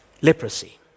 Leprosy